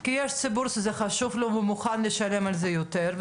כי יש ציבור שזה חשוב לו והוא מוכן לשלם על זה יותר,